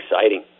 exciting